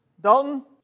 Dalton